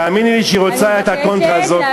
תאמיני לי שהיא רוצה את הקונטרה הזאת.